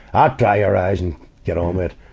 ah dry your eyes and get on with!